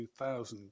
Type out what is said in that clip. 2000